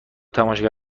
تماشاگر